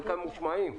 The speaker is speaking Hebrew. חלקם ממושמעים.